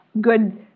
good